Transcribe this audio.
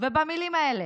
במילים האלה: